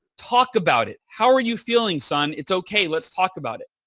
talk about it. how are you feeling son? it's okay. let's talk about it.